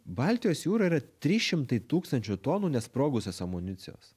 baltijos jūra yra trys šimtai tūkstančių tonų nesprogusios amunicijos